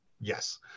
Yes